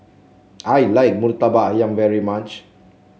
I like murtabak ayam very much